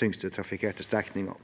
tyngst trafikkerte strekningene.